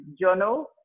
journal